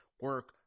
Work